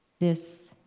this